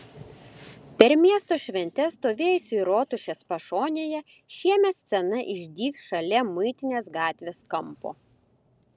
per miesto šventes stovėjusi rotušės pašonėje šiemet scena išdygs šalia muitinės gatvės kampo